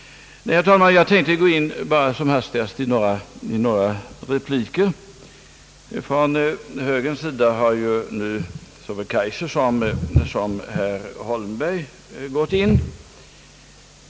Jag tänkte, herr talman, endast som hastigast gå in i debatten med några repliker. Från högerns sida har ju nu såväl herr Kaijser som herr Holmberg gjort detta.